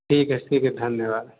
ठीक अछि ठीक अछि धन्यवाद